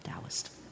Taoist